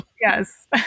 Yes